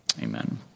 Amen